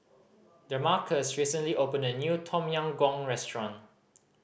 Damarcus recently opened a new Tom Yam Goong restaurant